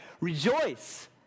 rejoice